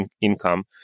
income